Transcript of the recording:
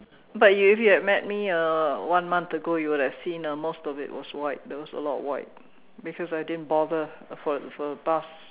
but if you had met me uh one month ago you would have seen uh most of it was white there was a lot of white because I didn't bother for for the past